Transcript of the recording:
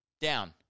Down